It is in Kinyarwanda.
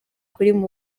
kuri